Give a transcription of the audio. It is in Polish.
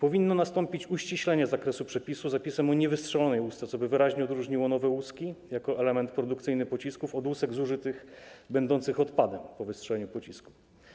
Powinno nastąpić uściślenie zakresu przepisu zapisem o niewystrzelonej łusce, co by wyraźnie odróżniło nowe łuski jako element produkcyjny pocisków od łusek zużytych będących odpadem po wystrzeleniu pocisku.